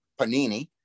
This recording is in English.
Panini